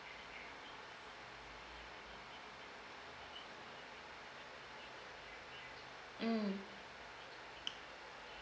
mm